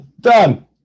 Done